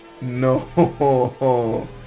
No